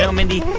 so mindy,